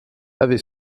avait